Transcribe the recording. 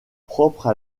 propres